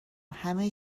همه